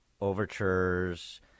overtures